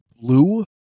Blue